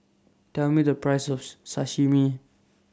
Tell Me The priceS of Sashimi